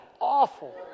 awful